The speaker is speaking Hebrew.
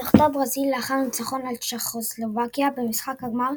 זכתה ברזיל לאחר ניצחון על צ'כוסלובקיה במשחק הגמר,